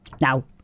Now